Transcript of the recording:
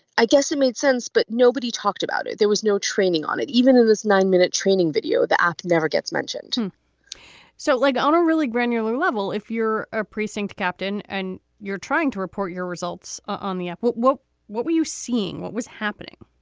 i guess it made sense, but nobody talked about it. there was no training on it even in this nine minute training video. the app never gets mentioned so like on a really granular level, if you're a precinct captain and you're trying to report your results on the app, what what what were you seeing? what was happening?